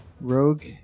rogue